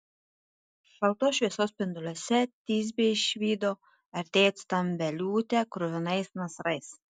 šaltos šviesos spinduliuose tisbė išvydo artėjant stambią liūtę kruvinais nasrais